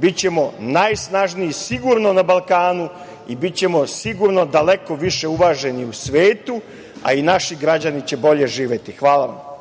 bićemo najsnažniji sigurno na Balkanu i bićemo sigurno daleko više uvaženi u svetu, a i naši građani će bolje živeti. Hvala.